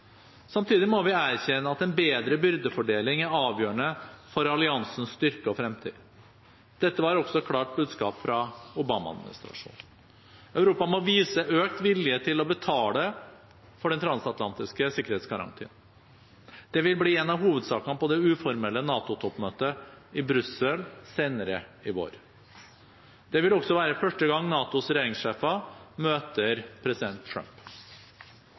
Samtidig må vi erkjenne at en bedre byrdefordeling er avgjørende for alliansens styrke og fremtid. Dette var også et klart budskap fra Obama-administrasjonen. Europa må vise økt vilje til å betale for den transatlantiske sikkerhetsgarantien. Det vil bli en av hovedsakene på det uformelle NATO-toppmøtet i Brussel senere i vår. Det vil også være første gang NATOs regjeringssjefer møter president Trump.